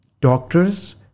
doctors